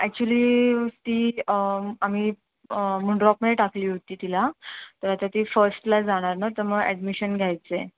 actually ती आम्ही मुंड्रॉपमध्ये टाकली होती तिला तर आता ती फर्स्टला जाणार ना तर मग ॲडमिशन घ्यायची आहे